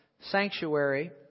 sanctuary